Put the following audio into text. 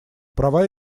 права